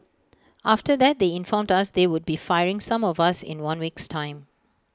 after that they informed us they would be firing some of us in one week's time